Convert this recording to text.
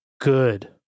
good